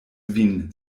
vin